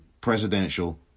presidential